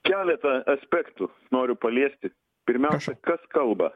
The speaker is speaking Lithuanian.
keleta aspektų noriu paliesti pirmiausia kas kalba